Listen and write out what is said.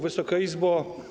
Wysoka Izbo!